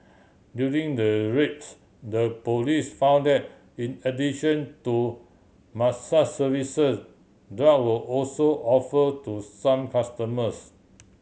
during the raids the police found that in addition to mass services drug were also offer to some customers